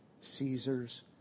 caesar's